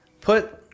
put